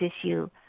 issue